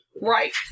Right